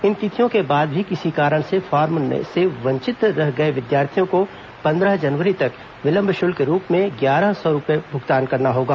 इन तिथियों के बाद भी किसी कारण से फॉर्म भरने से वंचित रह गए विद्यार्थियों को पंद्रह जनवरी तक विलंब शुल्क के रूप में ग्यारह सौ रूपये भुगतान करना होगा